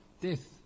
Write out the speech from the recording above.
death